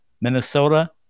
Minnesota